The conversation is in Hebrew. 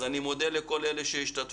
אז אני מודה לכל מי שהשתתף.